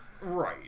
Right